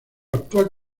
actual